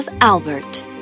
Albert